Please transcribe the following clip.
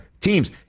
teams